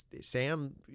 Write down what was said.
Sam